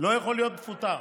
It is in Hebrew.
לא יכול להיות מפוטר.